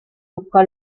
buscó